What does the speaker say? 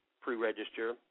pre-register